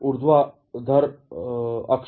ऊर्ध्वाधर अक्ष